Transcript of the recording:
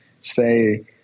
say